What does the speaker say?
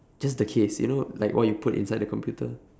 just the case you know like what you put inside the computer